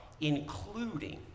including